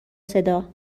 صدا